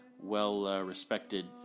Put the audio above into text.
well-respected